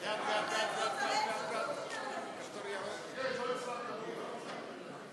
סיעת מרצ וחברת הכנסת אורלי לוי